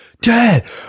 Dad